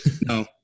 No